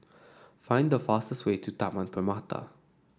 find the fastest way to Taman Permata